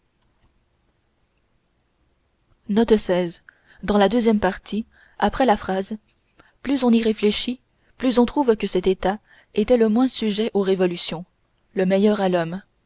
plus on y réfléchit plus on trouve que cet état était le moins sujet aux révolutions le meilleur à l'homme